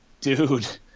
dude